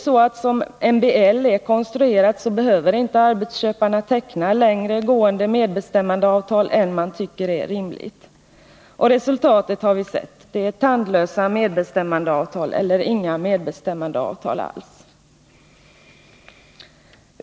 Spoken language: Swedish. Såsom MBL är konstruerad behöver inte arbetsköparna teckna längre gående medbestämmandeavtal än man tycker är rimligt. Resultatet har vi sett — tandlösa medbestämmandeavtal eller inga medbestämmandeavtal alls.